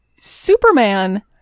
Superman